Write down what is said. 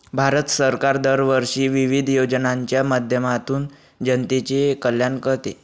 भारत सरकार दरवर्षी विविध योजनांच्या माध्यमातून जनतेचे कल्याण करते